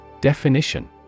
Definition